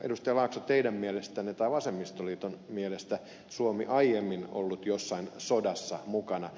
laakso teidän mielestänne tai vasemmistoliiton mielestä suomi aiemmin ollut jossain sodassa mukana